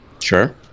Sure